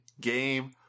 game